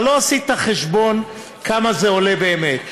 אבל לא עשית את החשבון כמה זה עולה באמת,